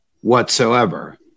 whatsoever